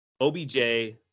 OBJ